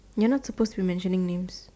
you're not supposed to mentioning names